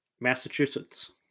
massachusetts